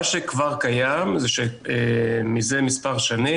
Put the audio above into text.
מה שכבר קיים מזה מספר שנים,